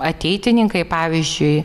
ateitininkai pavyzdžiui